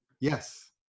Yes